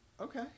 Okay